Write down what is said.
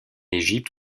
égypte